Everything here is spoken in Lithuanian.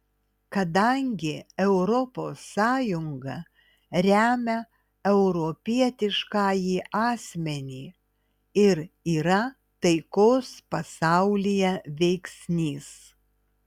kadangi europos sąjunga remia europietiškąjį asmenį ir yra taikos pasaulyje veiksnys